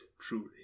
truly